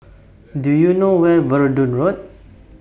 Do YOU know Where Verdun Road